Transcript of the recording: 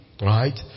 Right